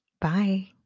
Bye